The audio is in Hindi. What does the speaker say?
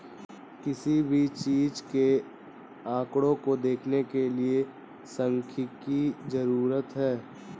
किसी भी चीज के आंकडों को देखने के लिये सांख्यिकी जरूरी हैं